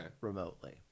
remotely